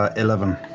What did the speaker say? ah eleven.